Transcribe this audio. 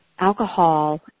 Alcohol